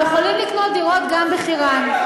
הם יכולים לקנות דירות גם בחירן.